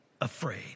afraid